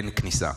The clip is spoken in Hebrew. באין כניסה.